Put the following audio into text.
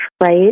right